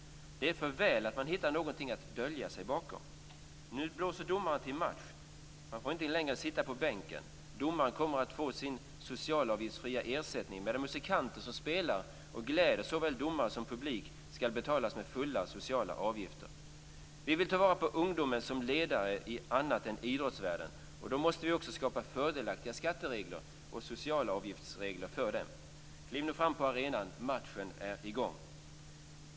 Det är för väl att man hittar något att dölja sig bakom. Nu blåser domaren till match. Man får inte längre sitta på bänken. Domaren kommer att få sin socialavgiftsfria ersättning, medan musikanterna som spelar och gläder såväl domare som publik skall belastas med fulla sociala avgifter. Vi vill ta vara på ungdomen som ledare i annat än idrottsvärlden. Då måste vi också skapa fördelaktiga skatteregler och socialavgiftsregler för dem. Kliv nu fram på arenan! Matchen är i gång!